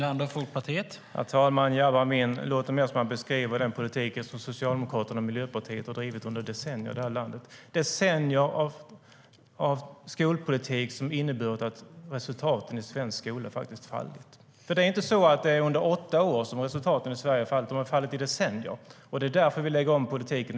Herr talman! Jabar Amin låter mer som om han beskriver den politik som Socialdemokraterna och Miljöpartiet har drivit under decennier i det här landet. Det är decennier av skolpolitik som har inneburit att resultaten i svensk skola har fallit. Det är ju inte bara under de gångna åtta åren som resultaten har fallit. De har fallit i decennier, och det är därför vi lägger om politiken.